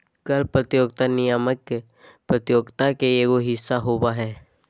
कर प्रतियोगिता नियामक प्रतियोगित के एगो हिस्सा होबा हइ